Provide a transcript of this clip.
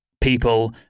people